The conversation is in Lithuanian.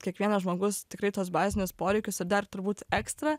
kiekvienas žmogus tikrai tuos bazinius poreikius ir dar turbūt ekstra